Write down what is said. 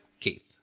Keith